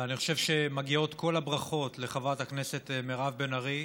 ומגיעות כל הברכות לחברת הכנסת מירב בן ארי,